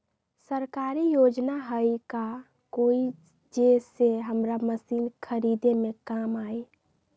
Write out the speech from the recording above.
सरकारी योजना हई का कोइ जे से हमरा मशीन खरीदे में काम आई?